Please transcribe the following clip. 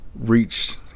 reached